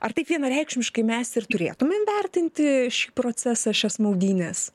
ar taip vienareikšmiškai mes ir turėtumėm vertinti šį procesą šias maudynes